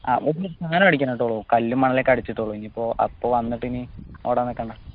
കല്ലും മണലുമൊക്കെ അടിച്ചിട്ടുള്ളൂ ഇനിയിപ്പോൾ അപ്പോൾ വന്നിട്ട് ഇനി ഓടാൻ നിൽക്കണ്ട